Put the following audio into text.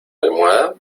almohada